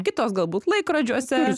kitos galbūt laikrodžiuose